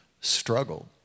struggled